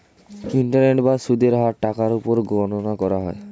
interest বা সুদের হার টাকার উপর গণনা করা হয়